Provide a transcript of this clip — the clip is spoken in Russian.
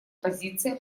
позиция